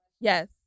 Yes